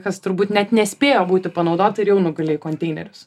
kas turbūt net nespėjo būti panaudota ir jau nugulė į konteinerius